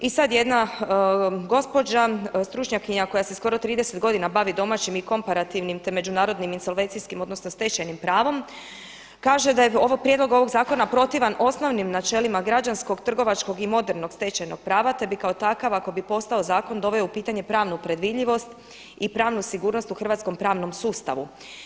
I sada jedna gospođa, stručnjakinja koja se skoro 30 godina bavi domaćim i komparativnim, te međunarodnim i ... odnosno stečajnim pravom, kaže da je prijedlog ovog zakona protivan osnovnim načelima građanskog, trgovačkog i modernog stečajnog prava te bi kao takav ako bi postao zakon doveo u pitanje pravnu predvidljivost i pravnu sigurnost u hrvatskom pravnom sustavu.